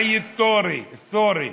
חאי א-ת'ורי,